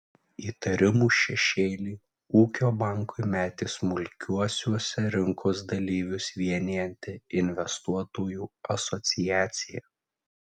įtarimų šešėlį ūkio bankui metė smulkiuosiuose rinkos dalyvius vienijanti investuotojų asociacija